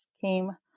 came